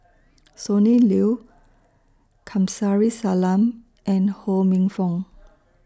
Sonny Liew Kamsari Salam and Ho Minfong